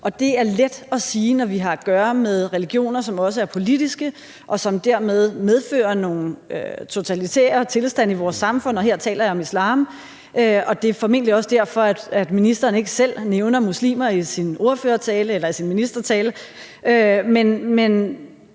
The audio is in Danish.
og det er let at sige, når vi har at gøre med religioner, som også er politiske, og som dermed medfører nogle totalitære tilstande i vores samfund, og her taler jeg om islam, og det er formentlig også derfor, at ministeren ikke selv nævner muslimer i sin ministertale. Men